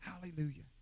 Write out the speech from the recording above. Hallelujah